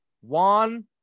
One